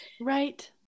Right